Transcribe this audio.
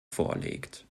vorlegt